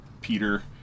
Peter